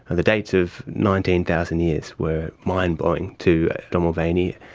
and the dates of nineteen thousand years were mind-blowing to john mulvaney,